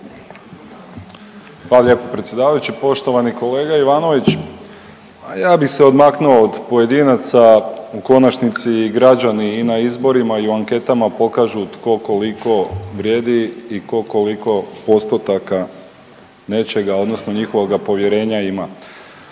lijepo predsjedavajući. Poštovani kolega Ivanović, ma ja bi se odmaknuo od pojedinaca, u konačnici i građani i na izborima i u anketama pokažu tko koliko vrijedi i ko koliko postotaka nečega odnosno njihovoga povjerenja ima.